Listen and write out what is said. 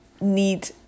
need